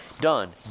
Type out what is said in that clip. Done